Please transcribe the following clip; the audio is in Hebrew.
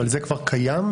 אבל זה כבר קיים?